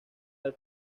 del